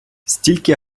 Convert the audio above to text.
стільки